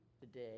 today